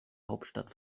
hauptstadt